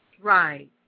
right